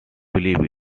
believe